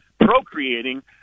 procreating